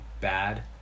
bad